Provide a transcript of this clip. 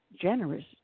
Generous